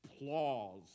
applause